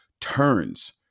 turns